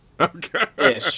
Okay